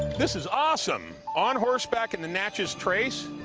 this is awesome! on horseback in the natchez trace.